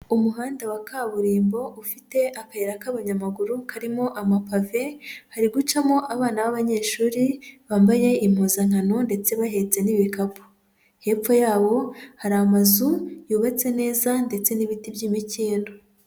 Umuhanda wa kaburimbo ufite akayira k'abanyamaguru karimo amapave, hari gucamo abana b'abanyeshuri bambaye impuzankano ndetse bahetse n'ibikapu. Hepfo yawo hari amazu yubatse neza ndetse n'ibiti by'imikindo.